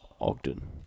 Ogden